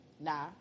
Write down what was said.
nah